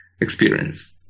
experience